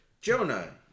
Jonah